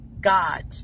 God